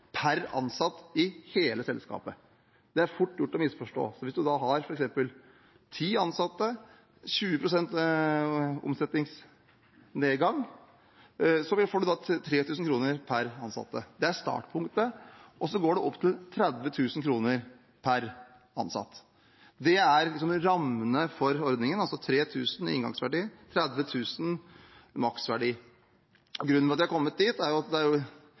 per ansatt i hele selskapet. Det er fort gjort å misforstå. Hvis man har f.eks. ti ansatte og 20 pst. omsetningsnedgang, får man da 3 000 kr per ansatt. Det er startpunktet, og så går det opp til 30 000 kr per ansatt. Det er rammene for ordningen: altså 3 000 kr i inngangsverdi og 30 000 kr i maksverdi. Grunnen til at vi er kommet dit, er at det